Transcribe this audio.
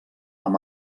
amb